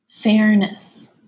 fairness